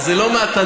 זה לא מהתנ"ך,